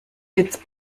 its